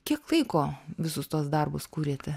kiek laiko visus tuos darbus kūrėte